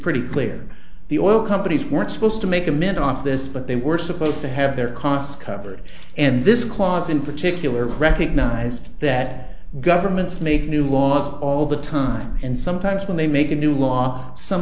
pretty clear the oil companies weren't supposed to make a mint off this but they were supposed to have their costs covered and this clause in particular recognized that governments make new laws all the time and sometimes when they make a new law some